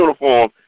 uniform